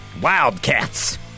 Wildcats